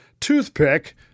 toothpick